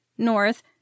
North